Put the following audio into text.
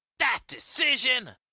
that decision,